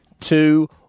two